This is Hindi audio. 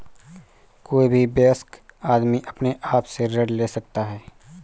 कोई भी वयस्क आदमी अपने आप से ऋण ले सकता है